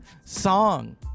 song